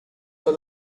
for